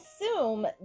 assume